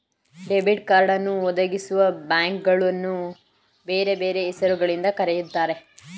debit ಕಾರ್ಡನ್ನು ಒದಗಿಸುವಬ್ಯಾಂಕ್ಗಳನ್ನು ಬೇರೆ ಬೇರೆ ಹೆಸರು ಗಳಿಂದ ಕರೆಯುತ್ತಾರೆ